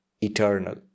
eternal